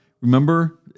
Remember